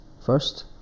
first